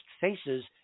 faces